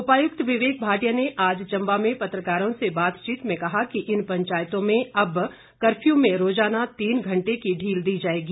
उपायुक्त विवेक भाटिया ने आज चम्बा में पत्रकारों से बातचीत में कहा कि इन पंचायतों में अब कर्फ्यू में रोजाना तीन घंटे की ढील दी जाएगी